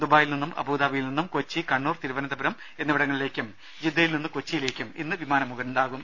ദുബായിൽ നിന്നും അബുദാബിയിൽ നിന്നും കൊച്ചി കണ്ണൂർ തിരുവനന്തപുരം എന്നിവിടങ്ങളിലേക്കും ജിദ്ദയിൽ നിന്ന് കൊച്ചിയിലേക്കും ഇന്ന് വിമാനമുണ്ടാകും